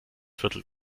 viertel